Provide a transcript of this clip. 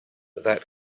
that